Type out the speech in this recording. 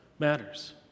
matters